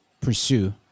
pursue